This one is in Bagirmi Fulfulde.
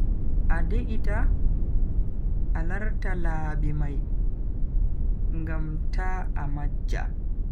A de'ita a larta laabi mai ngam ta a majja.